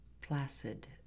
placid